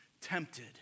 tempted